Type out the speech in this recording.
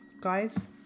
guys